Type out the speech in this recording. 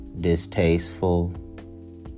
distasteful